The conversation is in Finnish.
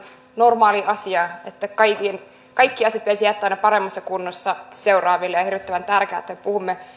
normaali asia että kaikki asiat pitäisi jättää aina paremmassa kunnossa seuraaville ja on hirvittävän tärkeää että me puhumme